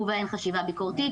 ובהן: חשיבה ביקורתית,